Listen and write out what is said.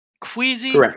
queasy